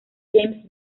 james